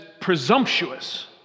presumptuous